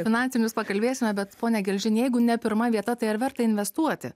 finansinius pakalbėsime bet pone gelžini jeigu ne pirma vieta tai ar verta investuoti